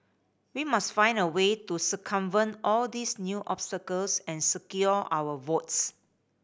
we must find a way to circumvent all these new obstacles and secure our votes